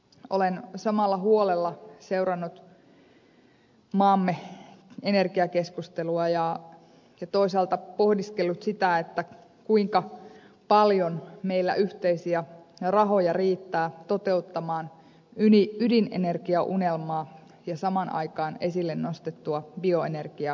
olen samalla huolella seurannut maamme energiakeskustelua ja toisaalta pohdiskellut sitä kuinka paljon meillä yhteisiä rahoja riittää toteuttamaan ydinenergiaunelmaa ja samaan aikaan esille nostettua bioenergiaunelmaa